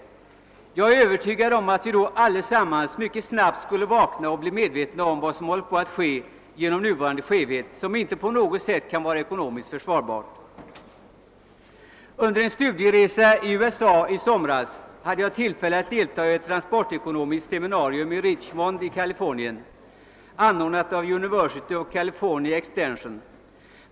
Jag är Övertygad om att vi då mycket snabbt skulle vakna och bli medvetna om vad som håller på att ske genom nuvarande skev het, som inte på något sätt kan vara ekonomiskt försvarbar. Under en studieresa i somras hade jag tillfälle att delta i ett transportekonoömiskt seminarium i Richmond, Kalifornien, anordnat av University of California Extension.